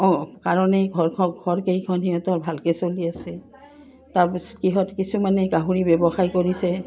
অঁ কাৰণেই ঘৰখন ঘৰকেইখন সিহঁতৰ ভালকৈ চলি আছে তাৰপিছত সিহঁত কিছুমানে গাহৰি ব্যৱসায় কৰিছে